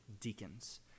deacons